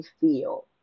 feel